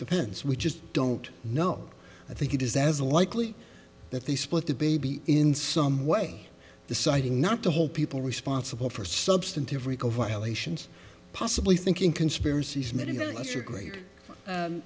the pens we just don't know i think it is as likely that they split the baby in some way deciding not to hold people responsible for substantive rico violations possibly thinking conspiracies